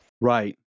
Right